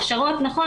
הכשרות נכון,